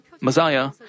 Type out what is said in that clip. Messiah